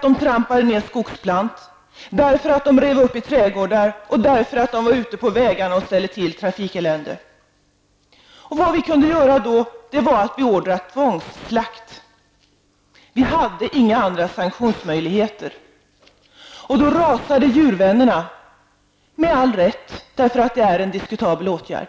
De trampade ned skogsplantor, de rev upp i trädgårdar och de var ute på vägarna och ställde till ett trafikelände. Vad vi kunde göra då var att beordra tvångsslakt. Vi hade inga andra sanktionsmöjligheter. Då rasade djurvännerna -- med all rätt, därför att det är en diskutabel åtgärd.